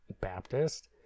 Baptist